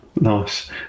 Nice